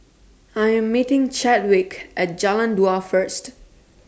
I Am meeting Chadwick At Jalan Dua First